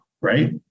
right